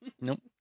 Nope